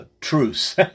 truce